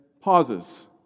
pauses